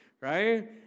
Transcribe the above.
right